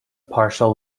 partial